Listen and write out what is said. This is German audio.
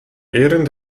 ehren